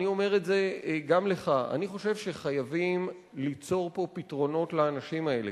אני אומר את זה גם לך: אני חושב שחייבים ליצור פה פתרונות לאנשים האלה.